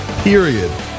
period